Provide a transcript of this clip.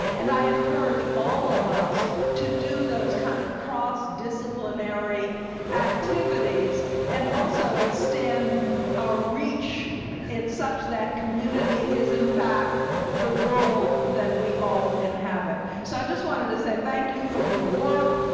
and i encourage all of us to do those kind of cross-disciplinary activities and also extend a reach such that community is in fact the world that we all inhabit. so i just wanted to say thank you for your work,